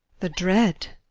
the dread?